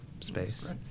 space